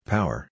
Power